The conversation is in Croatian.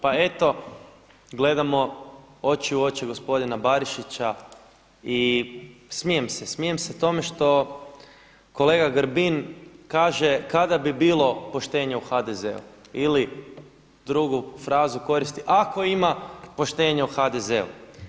Pa eto gledamo oči u oči gospodina Barišića i smijem se, smijem se tome što kolega Grbin kaže kada bi bilo poštenje u HDZ-u, ili drugu frazu koristi ako ima poštenja u HDZ-u.